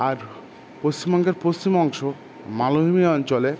আর পশ্চিমবঙ্গের পশ্চিম অংশ মালভুমি অঞ্চলে